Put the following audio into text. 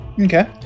Okay